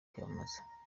kwiyamamaza